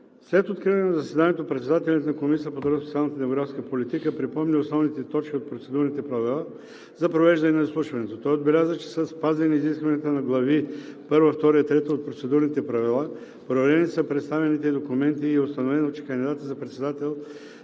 След откриване на заседанието председателят на Комисията по труда, социалната и демографската политика доктор Хасан Адемов припомни основните точки от Процедурните правила за провеждане на изслушването. Той отбеляза, че са спазени изискванията на глави І, ІІ и ІІІ от Процедурните правила, проверени са представените документи и е установено, че кандидатът за председател